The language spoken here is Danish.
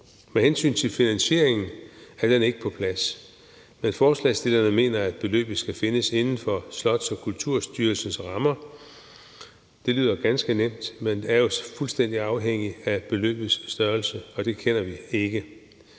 Med hensyn til finansieringen er den ikke på plads, men forslagsstillerne mener, at beløbet skal findes inden for Slots- og Kulturstyrelsens rammer. Det lyder ganske nemt, men det er fuldstændig afhængigt af beløbets størrelse, og det kender vi ikke.